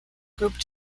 group